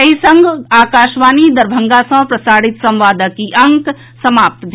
एहि संग आकाशवाणी दरभंगा सँ प्रसारित संवादक ई अंक समाप्त भेल